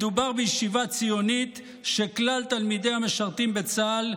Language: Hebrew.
מדובר בישיבה ציונית שכלל תלמידיה משרתים בצה"ל,